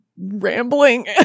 rambling